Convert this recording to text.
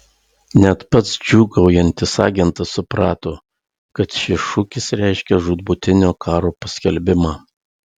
net pats džiūgaujantis agentas suprato kad šis šūkis reiškia žūtbūtinio karo paskelbimą